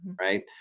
Right